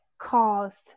caused